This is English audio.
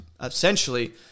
essentially